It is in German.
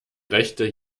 rechte